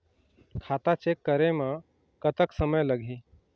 खाता चेक करे म कतक समय लगही?